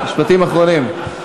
משפטים אחרונים.